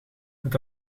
het